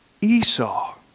Esau